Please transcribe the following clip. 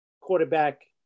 quarterback